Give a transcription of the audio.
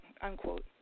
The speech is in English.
unquote